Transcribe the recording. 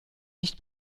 nicht